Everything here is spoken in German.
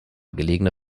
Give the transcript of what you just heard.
gelegene